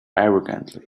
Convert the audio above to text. arrogantly